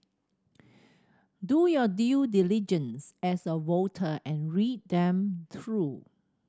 do your due diligence as a voter and read them through